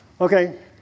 Okay